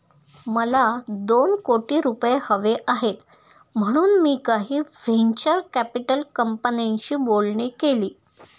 मला दोन कोटी रुपये हवे आहेत म्हणून मी काही व्हेंचर कॅपिटल कंपन्यांशी बोलणी केली